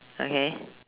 okay